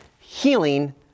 healing